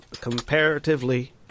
comparatively